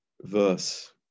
verse